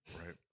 right